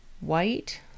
white